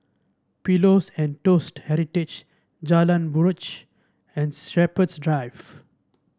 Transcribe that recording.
Pillows and Toast Heritage Jalan Buroh and Shepherds Drive